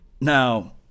Now